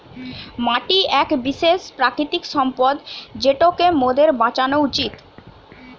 মাটি এক বিশেষ প্রাকৃতিক সম্পদ যেটোকে মোদের বাঁচানো উচিত